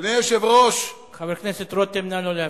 אדוני היושב-ראש, חבר הכנסת רותם, נא לא להפריע.